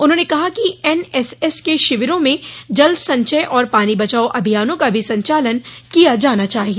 उन्होंने कहा कि एन एस एस के शिविरों में जल संचय और पानी बचाओं अभियानों का भी संचालन किया जाना चाहिए